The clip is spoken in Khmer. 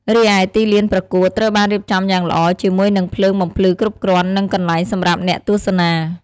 រីឯទីលានប្រកួតត្រូវបានរៀបចំយ៉ាងល្អ ជាមួយនឹងភ្លើងបំភ្លឺគ្រប់គ្រាន់ និងកន្លែងសម្រាប់អ្នកទស្សនា។